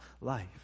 life